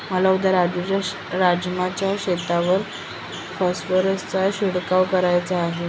मला उद्या राजू च्या राजमा च्या शेतीवर फॉस्फरसचा शिडकाव करायचा आहे